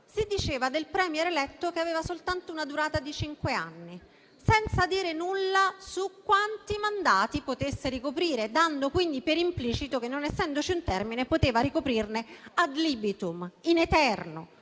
si diceva del *Premier* eletto che aveva una durata soltanto di cinque anni, senza dire nulla su quanti mandati potesse ricoprire, dando quindi per implicito che, non essendoci un termine, poteva ricoprirne *ad libitum*, in eterno.